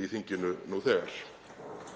í þinginu nú þegar.